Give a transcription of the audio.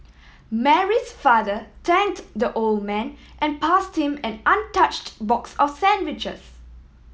Mary's father thanked the old man and passed him an untouched box of sandwiches